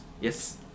yes